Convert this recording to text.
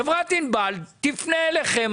חברת ענבל תפנה אליכם.